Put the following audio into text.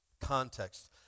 Context